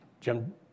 Jim